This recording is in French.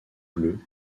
bleus